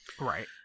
Right